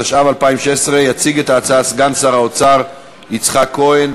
התשע"ו 2016. יציג את ההצעה סגן שר האוצר יצחק כהן,